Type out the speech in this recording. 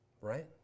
Right